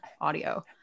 audio